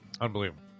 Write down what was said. Unbelievable